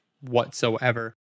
whatsoever